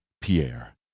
pierre